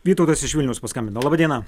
vytautas iš vilniaus paskambino laba diena